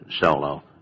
solo